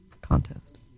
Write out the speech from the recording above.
Contest